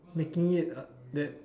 making it uh that